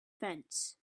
fence